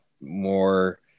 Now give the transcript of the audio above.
more